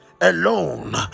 alone